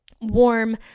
warm